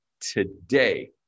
today